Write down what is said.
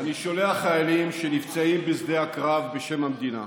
אני שולח חיילים שנפצעים בשדה הקרב בשם המדינה,